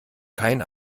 kein